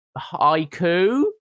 haiku